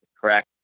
correct